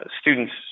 students